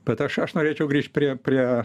bet aš aš norėčiau grįžt prie prie